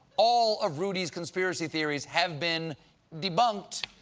all of rudy's conspiracy theories have been debunked.